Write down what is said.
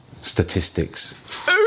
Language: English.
statistics